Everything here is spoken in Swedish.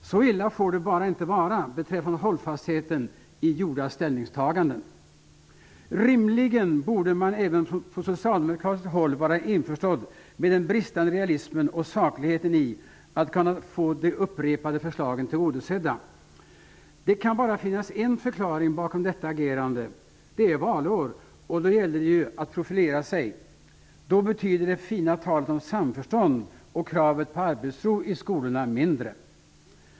Så illa får det bara inte vara beträffande hållfastheten i gjorda ställningstaganden. Rimligen borde även Socialdemokraterna vara införstådda med den bristande realismen och sakligheten i att kunna få de upprepade förslagen tillgodosedda. Det kan bara finnas en förklaring bakom detta agerande -- det är valår. Då gäller det ju att profilera sig. Då betyder det fina talet om samförstånd och kravet på arbetsro i skolorna mindre.